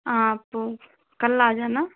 आप कल आ जाना